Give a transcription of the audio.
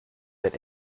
that